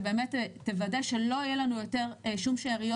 שבאמת תוודא שלא יהיה לנו יותר שום שאריות